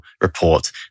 report